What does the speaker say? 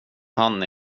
han